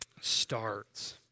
starts